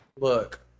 look